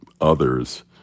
others